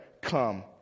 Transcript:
come